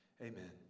Amen